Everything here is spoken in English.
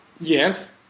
Yes